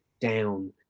down